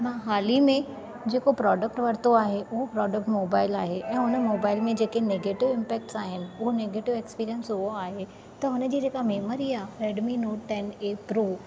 मां हाली में जेको प्रोडक्ट वरितो आहे उहो प्रोडक्ट मोबाइल आहे ऐं हुन मोबाइल में जेके नेगेटिव इंपेक्ट्स आहिनि उहो नेगेटिव एक्स्पीरियंस उहो आहे त हुन जी जेका मेमरी आहे रेडमी नोट टेन ए प्रो